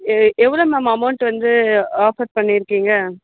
எ எவ்வளோ ma'am amount வந்து offer பண்ணியிருக்கீங்க